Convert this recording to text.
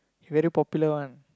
he very popular one